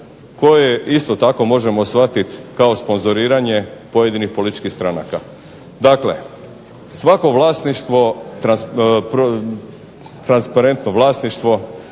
koje isto tako možemo shvatiti kao sponzoriranje pojedinih političkih stranaka. Dakle, svako transparentno vlasništvo